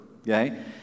Okay